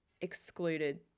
excluded